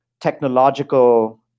technological